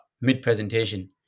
mid-presentation